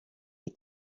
die